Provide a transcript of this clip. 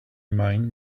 mine